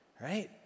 Right